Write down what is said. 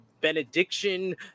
benediction